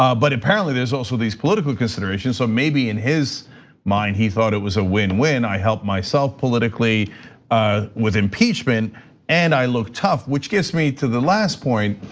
um but apparently there's also these political considerations. so maybe, in his mind, he thought it was a win-win. i help myself politically ah with impeachment and i look tough which gets me to the last point,